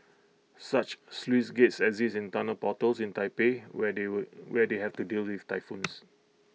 such sluice gates exist in tunnel portals in Taipei where they would where they have to deal with typhoons